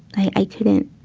i couldn't,